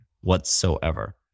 whatsoever